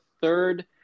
third